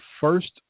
first